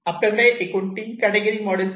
आपल्याकडे एकूण तीन कॅटेगिरी मॉडेल्स आहेत